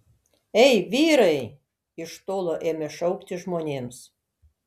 ei vyrai iš tolo ėmė šaukti žmonėms